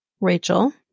Rachel